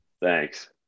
Thanks